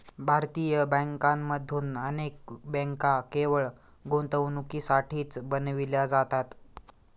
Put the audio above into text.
भारतीय बँकांमधून अनेक बँका केवळ गुंतवणुकीसाठीच बनविल्या जातात